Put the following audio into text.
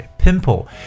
Pimple